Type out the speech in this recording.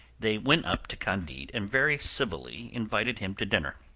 they went up to candide and very civilly invited him to dinner.